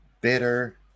bitter